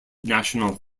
national